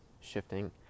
shifting